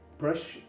brush